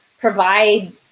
Provide